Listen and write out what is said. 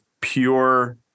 pure